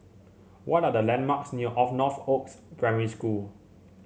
what are the landmarks near Northoaks Primary School